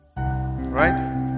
Right